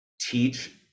teach